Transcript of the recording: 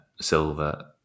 Silver